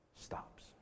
stops